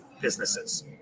businesses